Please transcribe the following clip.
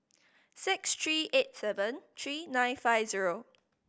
six three eight seven three nine five zero